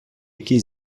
який